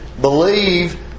believe